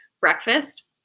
breakfast